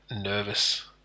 nervous